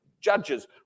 judges